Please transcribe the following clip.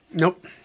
Nope